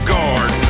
Guard